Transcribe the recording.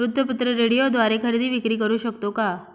वृत्तपत्र, रेडिओद्वारे खरेदी विक्री करु शकतो का?